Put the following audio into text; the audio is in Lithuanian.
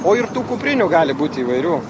o ir tų kuprinių gali būti įvairių